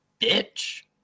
bitch